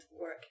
work